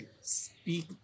speak